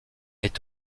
est